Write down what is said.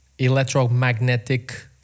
electromagnetic